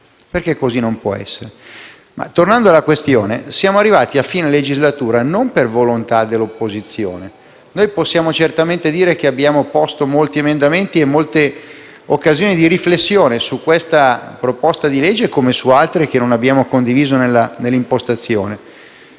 perché così non può essere. Tornando alla questione, esaminiamo questo provvedimento a fine legislatura non per volontà dell'opposizione. Noi possiamo certamente dire che abbiamo presentato molti emendamenti e offerto molte occasioni di riflessione su questa proposta di legge come su altre che non abbiamo condiviso nell'impostazione,